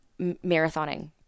Marathoning